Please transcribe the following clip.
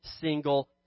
single